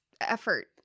effort